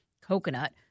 coconut